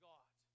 God